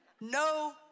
no